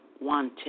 wanted